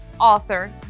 author